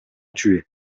tuée